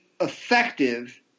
effective